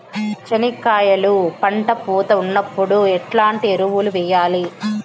చెనక్కాయలు పంట పూత ఉన్నప్పుడు ఎట్లాంటి ఎరువులు వేయలి?